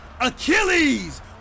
Achilles